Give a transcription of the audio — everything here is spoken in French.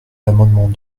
l’amendement